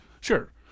sure